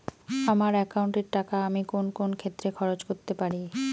আমার একাউন্ট এর টাকা আমি কোন কোন ক্ষেত্রে খরচ করতে পারি?